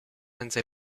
senza